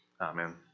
Amen